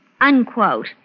unquote